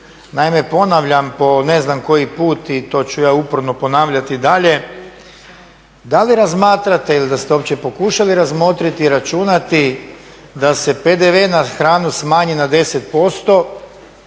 Naime, ponavljam po ne znam koji put i to ću ja uporno ponavljati dalje. Da li razmatrate ili da li ste uopće pokušali razmotriti i računati da se PDV na hranu smanji na 10%